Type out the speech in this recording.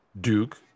Duke